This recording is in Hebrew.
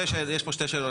יש פה שתי שאלות.